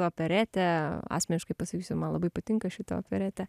operetė asmeniškai pasakysiu man labai patinka šita operetė